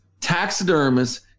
taxidermists